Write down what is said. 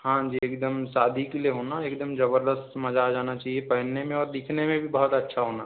हाँ जी एकदम शादी के लिए हो ना एकदम ज़बरदस्त मज़ा आ जाना चाहिए पहनने में और दिखने में भी बहुत अच्छा हो ना